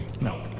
No